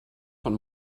von